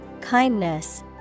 kindness